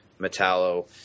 metallo